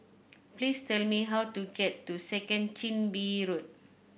please tell me how to get to Second Chin Bee Road